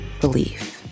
belief